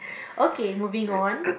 okay moving on